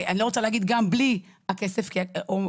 אני לא רוצה להגיד גם בלי הכסף או הכלים.